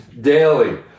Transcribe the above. daily